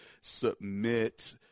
submit